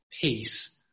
peace